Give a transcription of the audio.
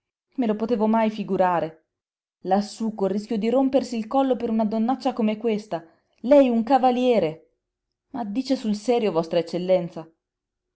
me lo potevo mai figurare lassú col rischio di rompersi il collo per una donnaccia come questa lei un cavaliere ma dice sul serio vostra eccellenza